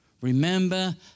Remember